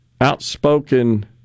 outspoken